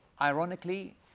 ironically